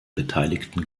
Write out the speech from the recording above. beteiligten